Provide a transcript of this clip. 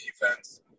defense